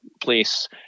place